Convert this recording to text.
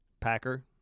Packer